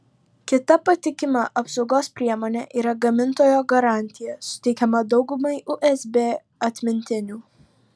kita patikima apsaugos priemonė yra gamintojo garantija suteikiama daugumai usb atmintinių